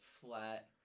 flat